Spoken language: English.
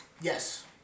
Yes